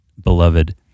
beloved